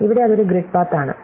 ഇവിടെ അത് ഒരു ഗ്രിഡ് പാത്ത് ആണ്